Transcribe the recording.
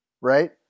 right